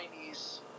Chinese